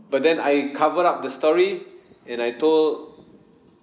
but then I covered up the story and I told